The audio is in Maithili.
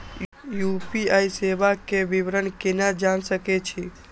यू.पी.आई सेवा के विवरण केना जान सके छी?